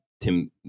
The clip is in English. Tim